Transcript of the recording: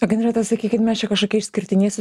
o ginreta sakykit mes čia kažkokie išskirtiniai su